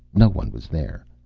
no one was there.